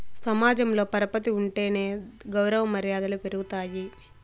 సమాజంలో పరపతి ఉంటేనే గౌరవ మర్యాదలు పెరుగుతాయి